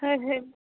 હેં હેં